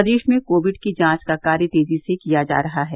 प्रदेश में कोविड की जांच का कार्य तेजी से किया जा रहा है